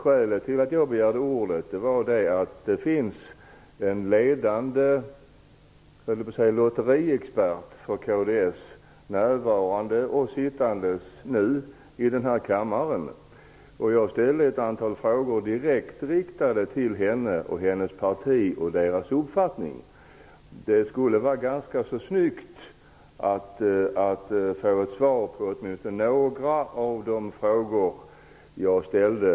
Skälet till att jag begärde ordet är att det finns en ledande lotteriexpert från kds närvarande i denna kammare. Jag ställde ett antal frågor direkt riktade till henne och hennes parti om deras uppfattning. Det skulle vara snyggt om jag fick svar på åtminstone några av de frågor jag ställde.